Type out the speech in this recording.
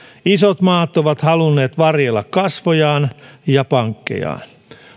isot maat ovat halunneet varjella kasvojaan ja pankkejaan